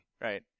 Right